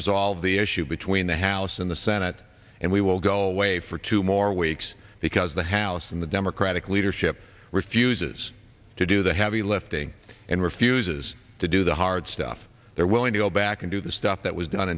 resolve the issue between the house and the senate and we will go away for two more weeks because the house in the democratic leadership refuses to do the heavy lifting and refuses to do the hard stuff they're willing to go back and do the stuff that was done